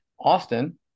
Austin